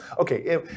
Okay